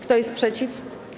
Kto jest przeciw?